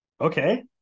okay